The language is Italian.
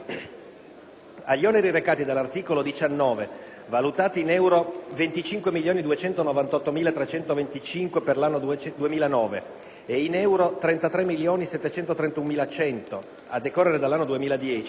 Agli oneri recati dall'articolo 19, valutati in euro 25.298.325 per l'anno 2009 e in euro 33.731.100 a decorrere dall'anno 2010,